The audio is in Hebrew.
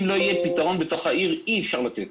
אם לא יהיה פתרון בתוך העיר אי אפשר יהיה לתת.